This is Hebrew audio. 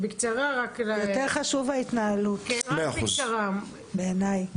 יותר חשוב ההתנהלות, בעיניי.